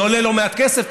זה עולה לא מעט כסף,